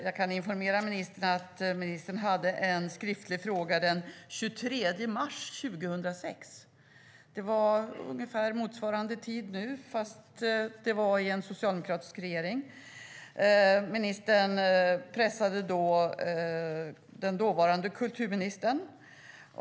Jag kan informera ministern om att hon ställde en skriftlig fråga den 23 mars 2006, ungefär motsvarande tid som nu fast det var en socialdemokratisk regering, och hon pressade den dåvarande kulturministern.